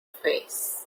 face